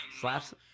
Slaps